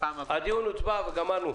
הדיון הוצבע וגמרנו.